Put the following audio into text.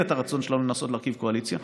הרצון שלנו לנסות להרכיב קואליציה,